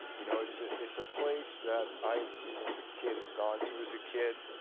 you know it's ah it's a place that i had seen as a kid, and gone to as a kid.